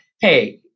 hey